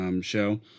show